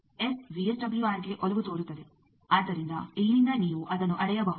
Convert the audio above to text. S ವಿಎಸ್ಡಬ್ಲ್ಯೂಆರ್ಗೆ ಒಲವು ತೋರುತ್ತದೆ ಆದ್ದರಿಂದ ಇಲ್ಲಿಂದ ನೀವು ಅದನ್ನು ಅಳೆಯಬಹುದು